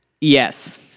Yes